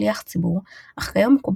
לקרוא; לפי ההלכה,